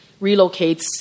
relocates